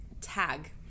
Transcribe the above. tag